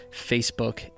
Facebook